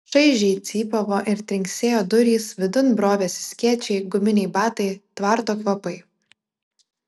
šaižiai cypavo ir trinksėjo durys vidun brovėsi skėčiai guminiai batai tvarto kvapai